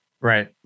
Right